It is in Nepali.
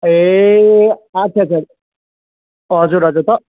ए अच्छा अच्छा हजुर हजुर त